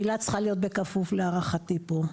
המילה צריכה להיות בכפוף להערכתי פה.